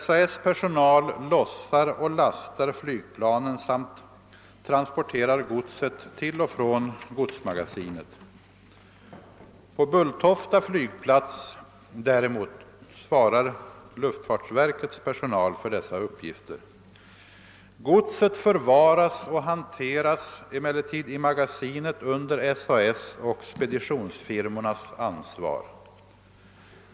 SAS” personal lossar och lastar flygplanen samt transporterar godset till och från godsmagasinet. På Bulltofta flygplats däremot svarar luftfartsverkets personal för dessa uppgifter. Godset förvaras och hanteras emellertid i magasinet under SAS” och speditionsfirmornas ansvar.